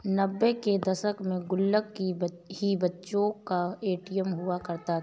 नब्बे के दशक में गुल्लक ही बच्चों का ए.टी.एम हुआ करता था